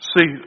See